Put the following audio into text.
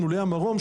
לולי המרום,